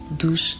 dos